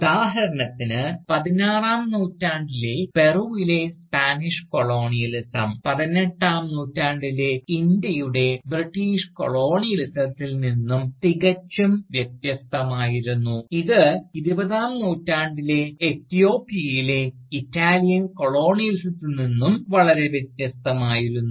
ഉദാഹരണത്തിന് പതിനാറാം നൂറ്റാണ്ടിലെ പെറുവിലെ സ്പാനിഷ് കൊളോണിയലിസം പതിനെട്ടാം നൂറ്റാണ്ടിലെ ഇന്ത്യയുടെ ബ്രിട്ടീഷ് കൊളോണിയലിസത്തിൽ നിന്ന് തികച്ചും വ്യത്യസ്തമായിരുന്നു ഇത് ഇരുപതാം നൂറ്റാണ്ടിലെ എത്യോപ്യയിലെ ഇറ്റാലിയൻ കൊളോണിയലിസത്തിൽ നിന്നും വളരെ വ്യത്യസ്തമായിരുന്നു